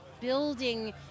building